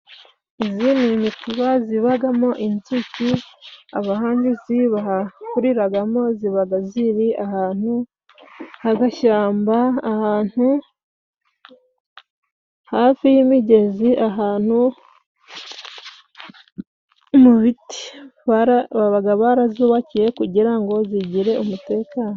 Izi ni imitiba zibagamo inzuki ,abahanjuzi bahakuriragamo ,zibaga ziri ahantu h'agashyamba ahantu hafi y'imigezi, ahantu mu biti, babaga barazubakiye kugira ngo zigire umutekano.